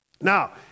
Now